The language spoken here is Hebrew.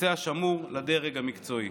נושא השמור לדרג המקצועי.